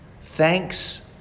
thanks